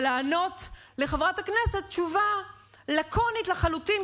ולענות לחברת הכנסת תשובה לקונית לחלוטין,